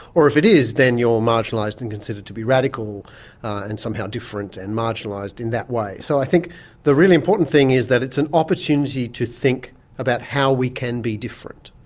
or if it is then you're marginalised and considered to be radical or and somehow different and marginalised in that way. so i think the really important thing is that it's an opportunity to think about how we can be different,